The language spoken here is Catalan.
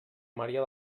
maria